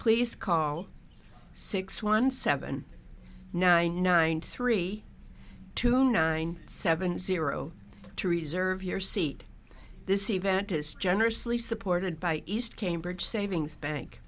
please call six one seven nine nine three two nine seven zero to reserve your seat this event is generously supported by east cambridge savings bank